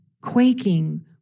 quaking